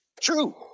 true